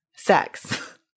Sex